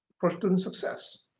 for student success.